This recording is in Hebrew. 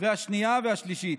השנייה והשלישית.